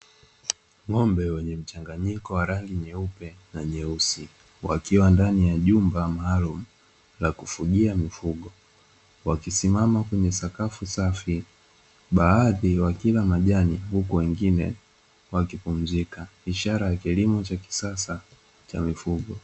Ng'ombe wenye mchanganyiko wa rangi nyeupe na nyeusi, wakiwa ndani ya jumba maalumu la kufugia mifugo. Wakisimama kwenye sakafu safi. Baadhi wakila majani, huku wengine wakipumzika. Ishara ya kilimo cha kisasa cha mifugo.